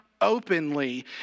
openly